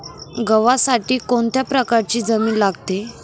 गव्हासाठी कोणत्या प्रकारची जमीन लागते?